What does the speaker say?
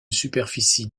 superficie